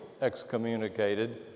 excommunicated